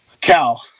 Cal